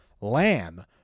Lamb